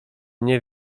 nie